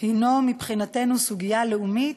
הוא מבחינתנו סוגיה לאומית.